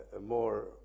more